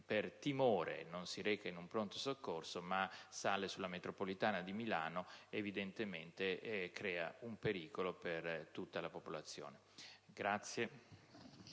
per paura non si reca ad un pronto soccorso e sale invece sulla metropolitana di Milano evidentemente crea un pericolo per tutta la popolazione.